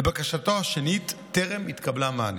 לבקשתו השנייה טרם התקבל מענה.